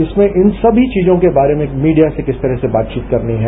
इसमें इन सभी चीजों के बारे में मीडिया से किस तरह से बातचीत करनी है